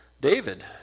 David